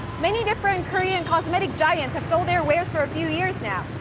many different korean cosmetic giants have sold their wares for a few years now.